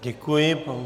Děkuji.